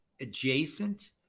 adjacent